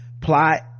plot